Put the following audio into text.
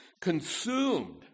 consumed